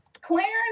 Clarence